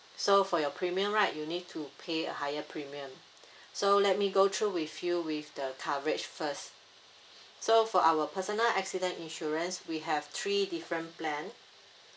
so for your premium right you need to pay a higher premium so let me go through with you with the coverage first so for our personal accident insurance we have three different plan